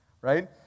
right